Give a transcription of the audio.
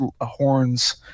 horns